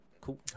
Cool